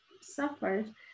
suffered